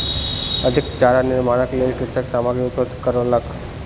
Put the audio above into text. अधिक चारा निर्माणक लेल कृषक सामग्री उपलब्ध करौलक